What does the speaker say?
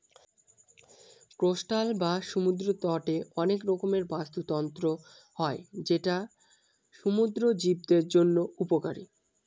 coastal বা সমুদ্র তটে অনেক রকমের বাস্তুতন্ত্র হয় যেটা সমুদ্র জীবদের জন্য উপকারী